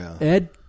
Ed